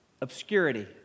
obscurity